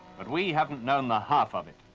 but we haven't known the half of it.